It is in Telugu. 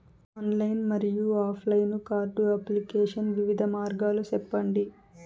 ఆన్లైన్ మరియు ఆఫ్ లైను కార్డు అప్లికేషన్ వివిధ మార్గాలు సెప్పండి?